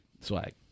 Swag